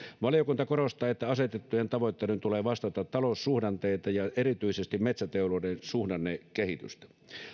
valiokunta korostaa että asetettujen tavoitteiden tulee vastata taloussuhdanteita ja erityisesti metsäteollisuuden suhdannekehitystä